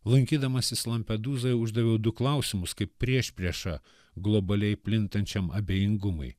lankydamasis lampedūzoje uždaviau du klausimus kaip priešpriešą globaliai plintančiam abejingumui